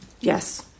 Yes